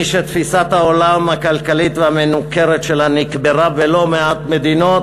מי שתפיסת העולם הכלכלית והמנוכרת שלה נקברה בלא מעט מדינות,